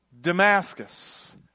Damascus